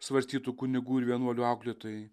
svarstytų kunigų ir vienuolių auklėtojai